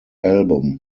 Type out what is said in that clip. album